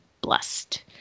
blessed